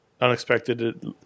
unexpected